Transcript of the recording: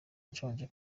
nshonje